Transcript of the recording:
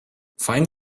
fine